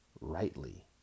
rightly